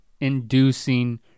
Inducing